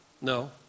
No